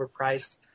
overpriced